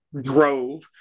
drove